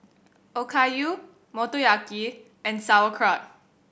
Okayu Motoyaki and Sauerkraut